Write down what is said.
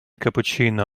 cappuccino